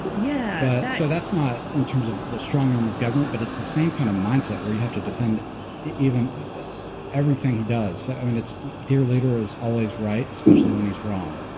yeah. so that's not in terms of the strong arm of government, but it's the same kind of mindset where you have to defend even everything he does. so i mean, it's dear leader, as always, right? especially when he's wrong.